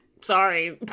sorry